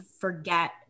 forget